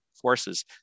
forces